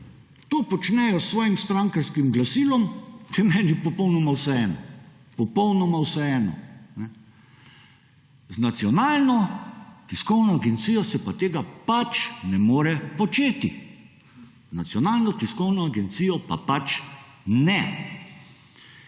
to počnejo s svojim strankarskim glasilom, je meni popolnoma vseeno, z nacionalno tiskovno agencijo se pa tega pač ne more početi. Z nacionalno tiskovno agencijo pa pač ne.